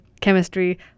Chemistry